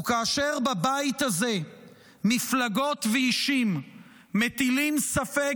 וכאשר בבית הזה מפלגות ואישים מטילים ספק